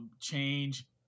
change